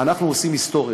אנחנו עושים היסטוריה,